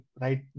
right